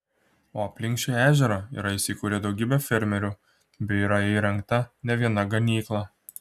o alpink šį ežerą yra įsikūrę daugybę fermerių bei yra įrengta ne viena ganykla